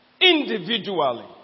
individually